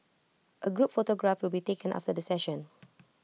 A group photograph will be taken after the session